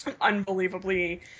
unbelievably